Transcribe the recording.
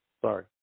sorry